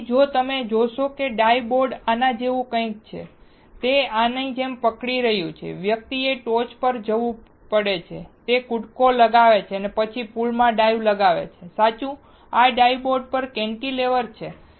તેથી જો તમે જોશો કે ડાઇવ બોર્ડ આના જેવું કંઈક છે તે આની જેમ પકડી રહ્યું છે વ્યક્તિએ ટોચ પર જવું પડે છે તે કૂદકો લગાવે છે અને પછી તે પૂલ માં ડાઇવ લગાવે છે સાચું આ ડાઇવ બોર્ડ પણ કેન્ટિલેવર છે